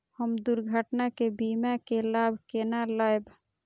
हम दुर्घटना के बीमा के लाभ केना लैब?